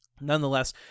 Nonetheless